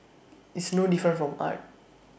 it's no different from art